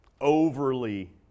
overly